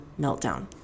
meltdown